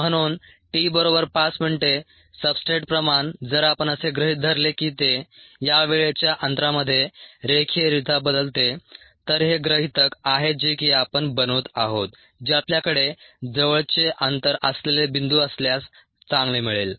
म्हणून टी बरोबर 5 मिनिटे सब्सट्रेट प्रमाण जर आपण असे गृहीत धरले की ते या वेळेच्या अंतरामध्ये रेखीयरित्या बदलते तर हे गृहितक आहे जे की आपण बनवत आहोत जे आपल्याकडे जवळचे अंतर असलेले बिंदू असल्यास चांगले मिळेल